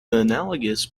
analogous